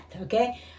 okay